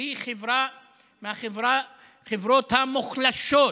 שהיא מהחברות המוחלשות,